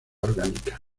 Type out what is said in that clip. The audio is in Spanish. orgánica